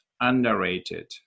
underrated